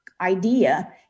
idea